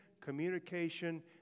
communication